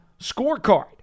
scorecard